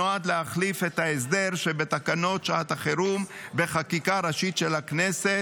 שנועד להחליף את ההסדר שבתקנות שעת החירום בחקיקה ראשית של הכנסת,